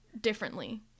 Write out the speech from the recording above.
differently